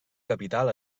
capital